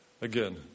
again